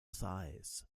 sighs